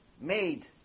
made